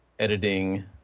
editing